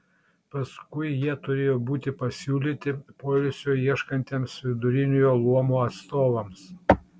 paskui jie turėjo būti pasiūlyti poilsio ieškantiems viduriniojo luomo atstovams